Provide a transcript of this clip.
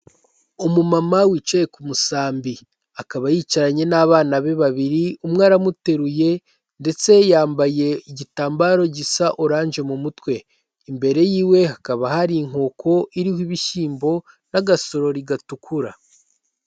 Umumama wicaye ku musambi, akaba yicaranye n'abana be babiri, umwe aramuteruye ndetse yambaye igitambaro gisa oranje mu mutwe, imbere yiwe hakaba hari inkoko iriho ibishyimbo n'agasorori gatukura.